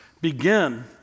begin